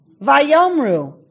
Vayomru